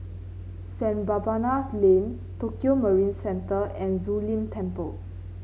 Saint Barnabas Lane Tokio Marine Centre and Zu Lin Temple